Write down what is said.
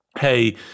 Hey